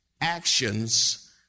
actions